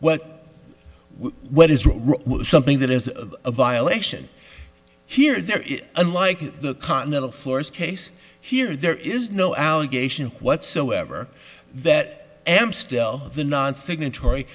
what what is really something that is a violation here there is unlike the continental floors case here there is no allegation whatsoever that i am still the non signatory